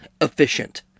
efficient